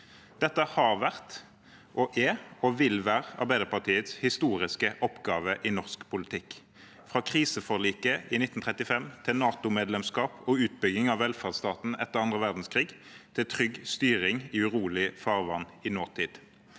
Dette har vært, er og vil være Arbeiderpartiets historiske oppgave i norsk politikk, fra kriseforliket i 1935 til NATO-medlemskap og utbygging av velferdsstaten etter andre verdenskrig, og til trygg styring i urolig farvann i nåtid.